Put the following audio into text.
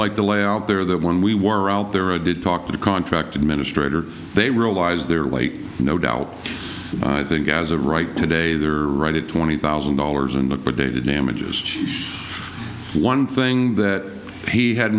like to lay out there that when we were out there i did talk to the contract administrator they realize their weight no doubt i think as a right today they're right at twenty thousand dollars and look good day to damages one thing that he had